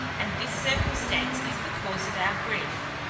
and this circumstance is the cause of our grief.